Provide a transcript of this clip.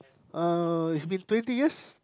uh it's been twenty years